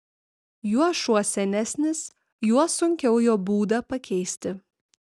juo šuo senesnis juo sunkiau jo būdą pakeisti